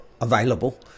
available